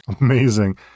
amazing